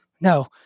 no